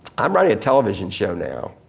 i'm writing a television show now.